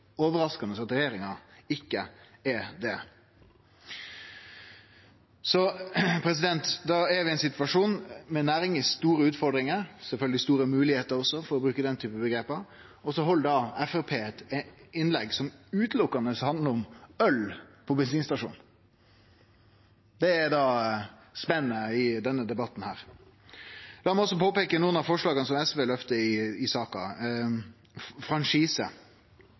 i ein situasjon med ei næring med store utfordringar – sjølvsagt også store moglegheiter, for å bruke den typen omgrep – og så held Framstegspartiet eit innlegg som berre handlar om øl på bensinstasjon. Det er spennet i denne debatten. Lat meg også påpeike nokre av forslaga som SV løfter i saka.